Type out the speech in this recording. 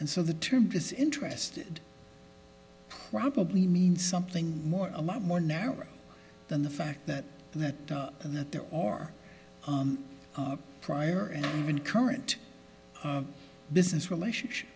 and so the term is interested probably means something more a lot more now than the fact that that and that there or prior and even current business relationship